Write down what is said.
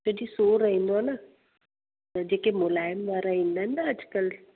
जॾहिं सूरु रहींदो आहे न जेके मुलाइम वारा ईंदा आहिनि न अॼुकल्ह